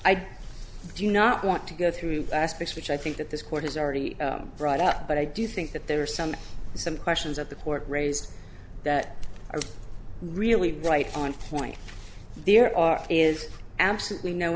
i do not want to go through aspect which i think that this court has already brought up but i do think that there are some some questions of the court raised that are really right on point there are is absolutely no